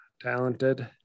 talented